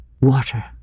Water